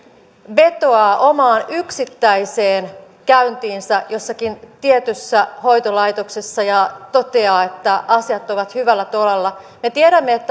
vetoaa omaan yksittäiseen käyntiinsä jossakin tietyssä hoitolaitoksessa ja toteaa että asiat ovat hyvällä tolalla me tiedämme että